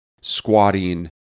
squatting